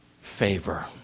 favor